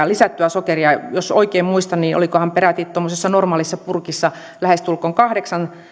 lisättyä sokeria jos oikein muistan olikohan peräti tuommoisessa normaalissa purkissa lähestulkoon kahdeksan